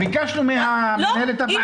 ביקשנו ממנהלת הוועדה להתקשר ברגע שתתחילו.